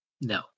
No